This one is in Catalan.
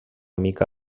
mica